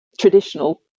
traditional